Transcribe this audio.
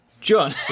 John